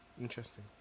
Interesting